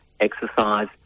exercise